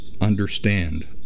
understand